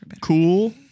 cool